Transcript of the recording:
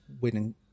winning